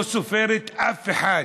לא סופרת אף אחד,